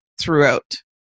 throughout